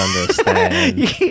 understand